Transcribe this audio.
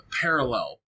parallel